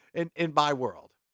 and in my world.